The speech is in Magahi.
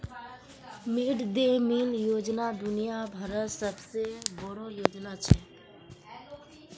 मिड दे मील योजना दुनिया भरत सबसे बोडो योजना छे